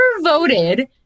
voted